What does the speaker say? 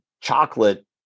chocolate